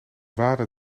waadde